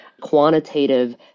quantitative